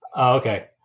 Okay